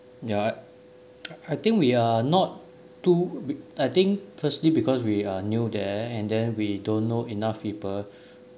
ya I I think we are not too I think firstly because we are new there and then we don't know enough people